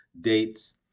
dates